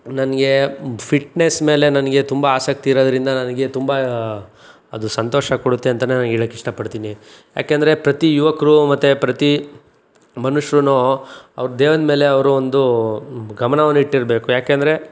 ನನಗೆ ಫಿಟ್ನೆಸ್ ಮೇಲೆ ನನಗೆ ತುಂಬ ಆಸಕ್ತಿ ಇರೋದ್ರಿಂದ ನನಗೆ ತುಂಬ ಅದು ಸಂತೋಷ ಕೊಡುತ್ತೆ ಅಂತಲೇ ನಾನು ಹೇಳೋಕ್ಕೆ ಇಷ್ಟಪಡ್ತೀನಿ ಏಕೆಂದರೆ ಪ್ರತಿ ಯುವಕರು ಮತ್ತೆ ಪ್ರತಿ ಮನುಷ್ಯರುನೂ ಅವರು ದೇಹದ ಮೇಲೆ ಅವರು ಒಂದು ಗಮನವನ್ನಿಟ್ಟಿರಬೇಕು ಏಕೆಂದರೆ